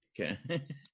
okay